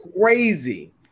crazy